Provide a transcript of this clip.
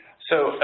so,